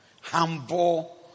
Humble